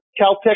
Caltech